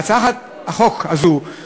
אנחנו עוברים להצעת חוק כלי